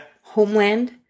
Homeland